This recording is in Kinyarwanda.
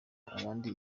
abandi